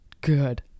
good